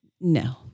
No